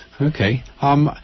Okay